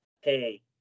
hey